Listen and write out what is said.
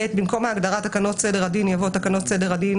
במקום ההגדרה "תקנות סדר הדין" יבוא: ""תקנות סדר הדין"